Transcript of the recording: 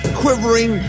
quivering